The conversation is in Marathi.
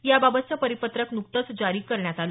याबाबतच परिपत्रक नुकतच जारी करण्यात आलं